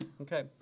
Okay